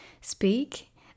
speak